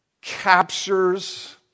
captures